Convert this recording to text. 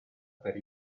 per